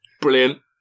brilliant